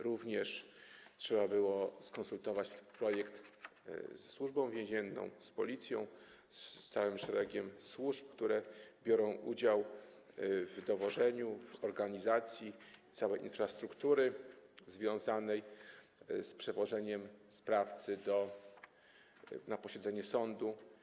Również trzeba było skonsultować projekt ze Służbą Więzienną, z Policją, z całym szeregiem służb, które biorą udział w dowożeniu, w organizacji całej infrastruktury związanej z przewożeniem sprawcy na posiedzenie sądu.